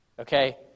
Okay